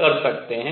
कर सकते हैं